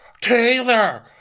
Taylor